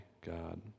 God